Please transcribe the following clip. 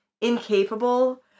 incapable